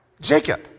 Jacob